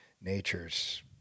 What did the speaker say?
nature's